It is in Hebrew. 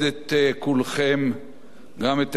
גם את אלה שהשתלחו בממשלה,